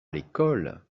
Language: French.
l’école